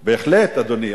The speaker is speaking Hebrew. בהחלט, אדוני.